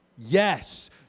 Yes